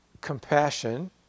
compassion